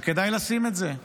וכדאי לשים את זה: